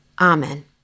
Amen